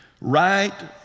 right